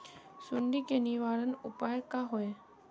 सुंडी के निवारण उपाय का होए?